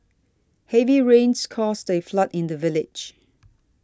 heavy rains caused a flood in the village